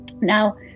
Now